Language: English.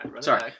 Sorry